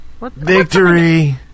Victory